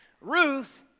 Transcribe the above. Ruth